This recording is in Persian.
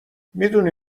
میدونی